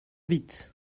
vite